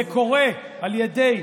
זה קורה על ידי,